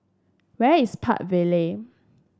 where is Park Vale